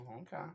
Okay